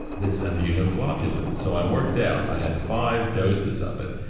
this immunoglobulin, so i worked out i had five doses of it,